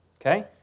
Okay